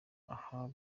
aha